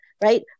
right